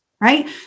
right